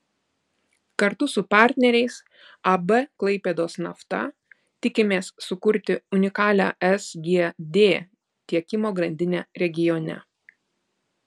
kartu su partneriais ab klaipėdos nafta tikimės sukurti unikalią sgd tiekimo grandinę regione